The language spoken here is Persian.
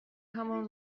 همان